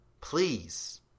Please